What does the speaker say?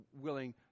willing